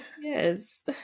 Yes